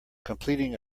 completing